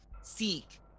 seek